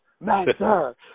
Master